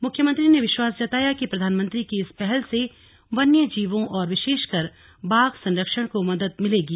मुख्यमंत्री ने विश्वास जताया कि प्रधानमंत्री की इस पहल से वन्यजीवों और विशेषकर बाघ संरक्षण को बड़ी मदद मिलेगी